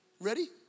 Ready